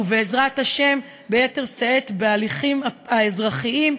ובעזרת ה' ביתר שאת בהליכים האזרחיים.